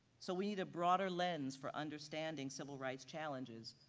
so we need a broader lens for understanding civil rights challenges,